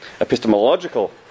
epistemological